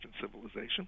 civilization